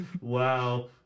Wow